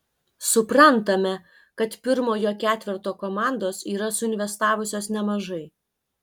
suprantame kad pirmojo ketverto komandos yra suinvestavusios nemažai